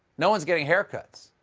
no one's getting haircuts.